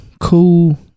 Cool